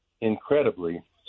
incredibly